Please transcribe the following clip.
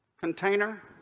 container